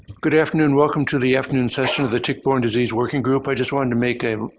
good afternoon. welcome to the afternoon session of the tick-borne disease working group. i just wanted to make a